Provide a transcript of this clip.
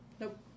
Nope